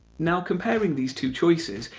now, comparing these two choices,